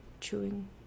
chewing